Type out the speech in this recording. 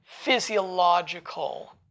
Physiological